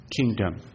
kingdom